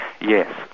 Yes